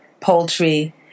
poultry